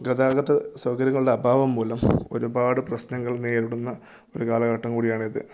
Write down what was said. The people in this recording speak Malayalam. ഗതാഗത സൗകര്യങ്ങളുടെ അഭാവം മൂലം ഒരുപാട് പ്രശ്നങ്ങൾ നേരിടുന്ന ഒരു കാലഘട്ടം കൂടിയാണിത്